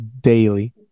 daily